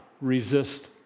resist